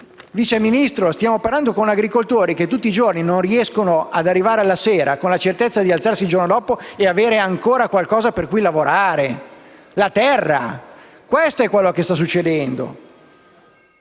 Vice Ministro, stiamo parlando di agricoltori che tutti i giorni arrivano alla sera senza la certezza di alzarsi il giorno dopo avendo ancora un qualcosa per cui lavorare, la terra. Questo è quanto che sta succedendo.